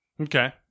Okay